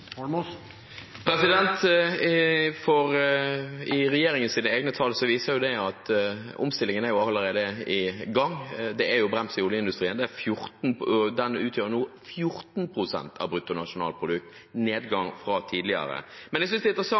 egne tall viser jo at omstillingen allerede er i gang. Det er brems i oljeindustrien. Den utgjør nå 14 pst. av bruttonasjonalprodukt – en nedgang fra tidligere. Men jeg synes det er